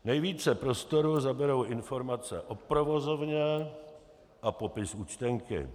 Nejvíce prostoru zaberou informace o provozovně a popis účtenky.